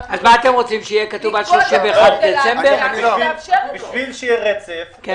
אנחנו רוצים לקבוע --- בשביל שיהיה רצף הם